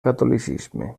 catolicisme